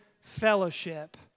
fellowship